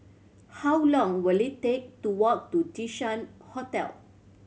how long will it take to walk to Jinshan Hotel